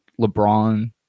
LeBron